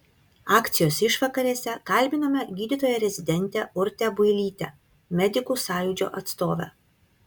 akcijos išvakarėse kalbinome gydytoją rezidentę urtę builytę medikų sąjūdžio atstovę